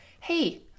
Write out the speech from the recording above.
hey